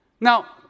Now